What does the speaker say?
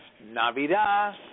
Navidad